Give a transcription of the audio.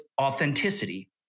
authenticity